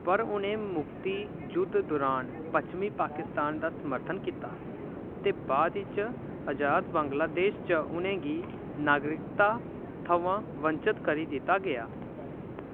पर उ'नें मुक्ति जुद्ध दुरान पच्छमी पाकिस्तान दा समर्थन कीता ते बाद इच अजाद बंगलादेश च उ'नें गी नागरिकता थमां बंचत करी दित्ता गेआ